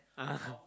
(uh huh)